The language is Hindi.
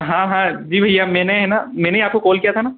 हाँ हाँ जी भैया मैंने है ना मैंने आपको कोल किया था ना